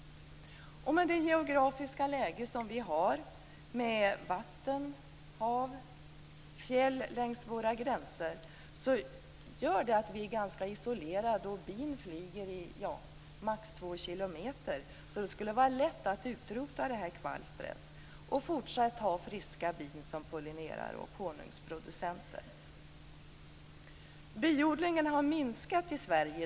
Det geografiska läge vi har med vatten, hav och fjäll längs våra gränser gör att vi är ganska isolerade. Bin flyger max två kilometer. Det skulle alltså vara lätt att utrota det här kvalstret och fortsatt ha friska bin som pollinerar och är honungsproducenter. Biodlingen har minskat i Sverige.